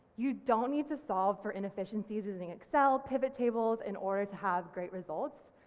you don't need to solve for inefficiencies using excel pivot tables in order to have great results,